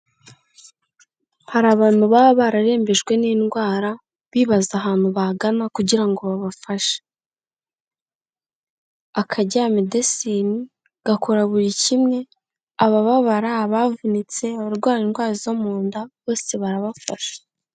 Hari abantu baba bararembejwe n'indwara bibaza ahantu bagana kugira ngo babafashe, Akagera medecine gakora buri kimwe, abababara, abavunitse, abarwara indwara zo munda bose barabafasha.